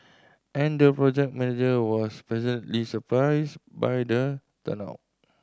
and the project manager was pleasantly surprised by the turnout